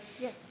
Yes